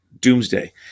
Doomsday